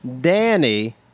Danny